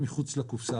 לחשוב מחוץ לקופסה.